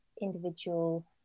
individual